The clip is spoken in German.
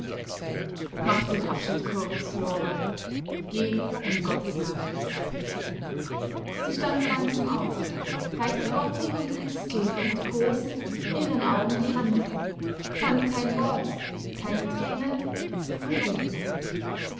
mach den abschied kurz lore geh in gottes namen sie stand langsam auf reichte gottlieb und christel mit großen irren augen die hand fand kein wort keine träne und ging